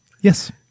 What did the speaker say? yes